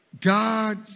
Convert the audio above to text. God